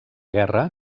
guerra